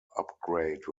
upgrade